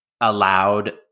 allowed –